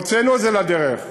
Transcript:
והוצאנו את זה לדרך,